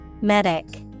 medic